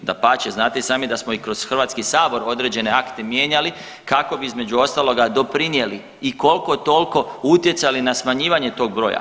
Dapače znate i sami da smo i kroz Hrvatski sabor određene akte mijenjali kako bi između ostaloga doprinijeli i koliko toliko utjecali na smanjivanje tog broja.